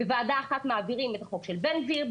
בוועדה אחת מעבירים את החוק של בן גביר,